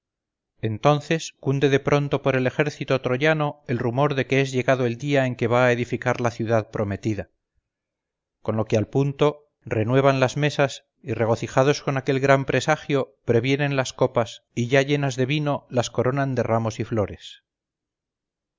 entonces cunde de pronto por el ejército troyano el rumor de que es llegado el día en que va a edificar la ciudad prometida con lo que al punto renuevan las mesas y regocijados con aquel gran presagio previenen las copas y ya llenas de vino las coronan de ramos y flores